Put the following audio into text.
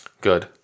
Good